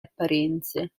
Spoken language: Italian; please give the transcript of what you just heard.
apparenze